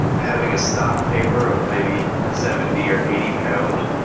having a stock paper of maybe seventy or eighty pound